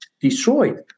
destroyed